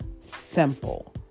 simple